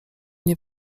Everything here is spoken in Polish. nie